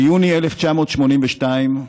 ביוני 1982,